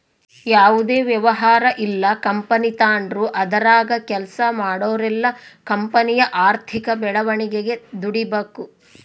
ಯಾವುದೇ ವ್ಯವಹಾರ ಇಲ್ಲ ಕಂಪನಿ ತಾಂಡ್ರು ಅದರಾಗ ಕೆಲ್ಸ ಮಾಡೋರೆಲ್ಲ ಕಂಪನಿಯ ಆರ್ಥಿಕ ಬೆಳವಣಿಗೆಗೆ ದುಡಿಬಕು